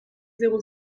zéro